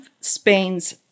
Spain's